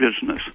business